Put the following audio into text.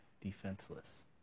defenseless